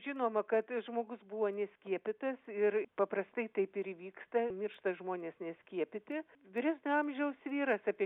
žinoma kad žmogus buvo neskiepytas ir paprastai taip ir įvyksta miršta žmonės neskiepyti vyresnio amžiaus vyras apie